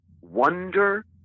wonder